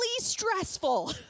stressful